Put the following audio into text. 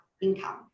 income